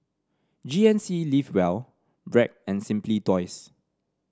G N C Live Well Bragg and Simply Toys